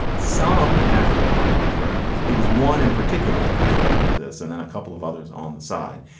some african language grammars. it was one in particular that contributed to this and then a couple of others on the side.